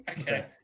Okay